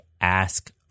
ask